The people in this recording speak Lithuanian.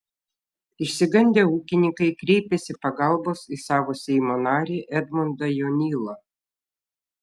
išsigandę ūkininkai kreipėsi pagalbos į savo seimo narį edmundą jonylą